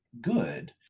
good